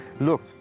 Look